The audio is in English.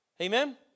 Amen